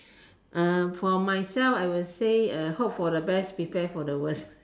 uh for myself I will say uh hope for the best prepare for the worst